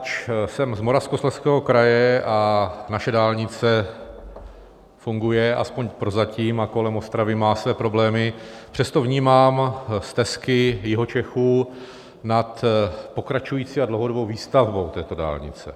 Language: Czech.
Ač jsem z Moravskoslezského kraje a naše dálnice funguje, aspoň prozatím a kolem Ostravy má své problémy přesto vnímám stesky Jihočechů nad pokračující a dlouhodobou výstavbou této dálnice.